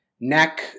neck